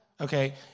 Okay